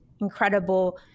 incredible